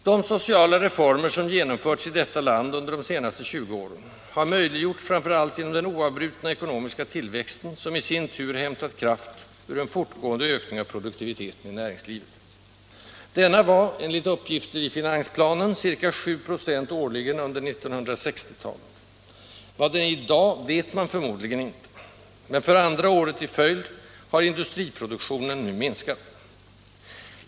De sociala reformer som genomförts i detta land under de senaste 20 åren har möjliggjorts framför allt genom den oavbrutna ekonomiska tillväxten, som i sin tur hämtat kraft ur en fortgående ökning av produktiviteten i näringslivet. Denna var, enligt uppgifter i finansplanen, ca 7 96 årligen under 1960-talet. Vad den är i dag vet man förmodligen inte, men för andra året i följd har industriproduktionen nu minskat.